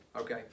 Okay